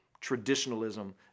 traditionalism